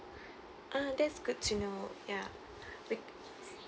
ah that's good to know ya wi~